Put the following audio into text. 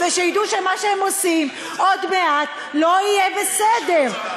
שידעו שמה שהם עושים, עוד מעט לא יהיה בסדר.